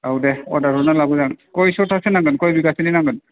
औ दे अरदार हरनानै लाबोगोन खयस'थासो नांगोन खय बिगासोनि नांगोन